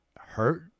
hurt